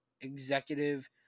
executive